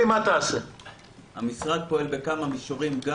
המשרד פועל בכמה מישורים.